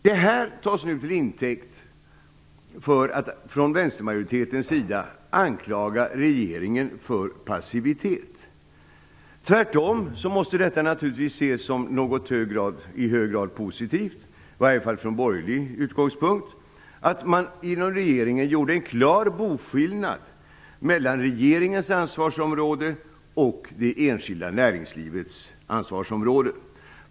Detta tas nu till intäkt av vänstermajoriteten för att anklaga regeringen för passivitet. Tvärtom måste det naturligtvis ses som något i hög grad positivt - i varje fall från borgerlig utgångspunkt - att man i regeringen gjorde en klar boskillnad mellan sitt eget och det enskilda näringslivets ansvarsområde.